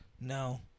No